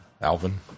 Alvin